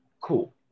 Cool